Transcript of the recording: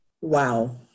Wow